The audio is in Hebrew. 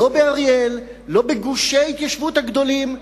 לא באריאל, לא בגושי ההתיישבות הגדולים.